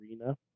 arena